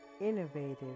innovative